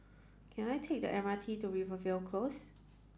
can I take the M R T to Rivervale Close